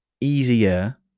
easier